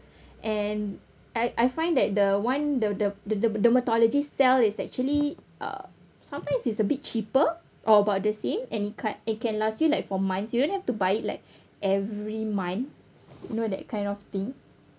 and I I find that the one the the the the dermatologist sell is actually uh sometimes is a bit cheaper or about the same and it card it can last you like for months you don't have to buy it like every month you know that kind of thing